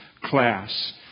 class